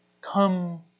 Come